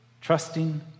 trusting